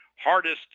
Hardest